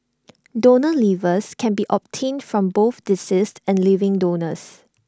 donor livers can be obtained from both deceased and living donors